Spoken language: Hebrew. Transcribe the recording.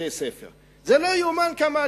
בבתי-ספר שטיפלת בה כשהיית שרת החינוך.